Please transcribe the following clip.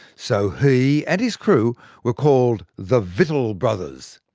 so he and his crew were called the victual brothers.